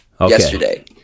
yesterday